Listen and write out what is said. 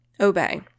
obey